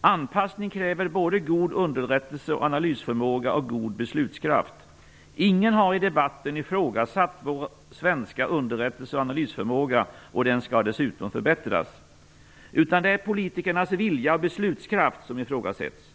Anpassning kräver både god underrättelse och analysförmåga och god beslutskraft. Ingen har i debatten ifrågasatt vår svenska underrättelse och analysförmåga, och den skall dessutom förbättras. Det är politikernas vilja och beslutskraft som ifrågasätts.